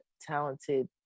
talented